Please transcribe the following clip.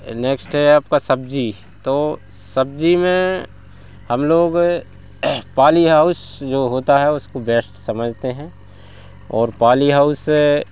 next है आपका सब्जी तो सब्जी में हम लोग पाली हाउस जो होता है उसको बेस्ट समझते हैं और पाली हाउस